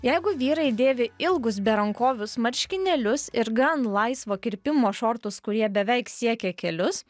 jeigu vyrai dėvi ilgus berankovius marškinėlius ir gan laisvo kirpimo šortus kurie beveik siekia kelius